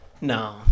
No